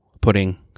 putting